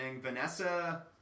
Vanessa